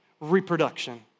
reproduction